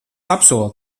apsolu